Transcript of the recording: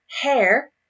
hair